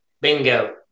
bingo